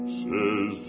says